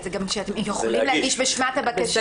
זה שאתם יכולים להגיש בשמם את הבקשה.